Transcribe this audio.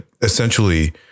essentially